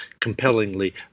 compellingly